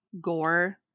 gore